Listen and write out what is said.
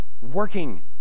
working